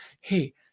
hey